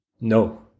no